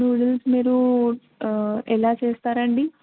noodles మీరు ఎలా చేస్తారండి